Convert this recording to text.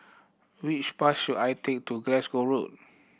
which bus should I take to Glasgow Road